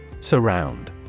Surround